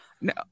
no